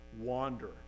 wander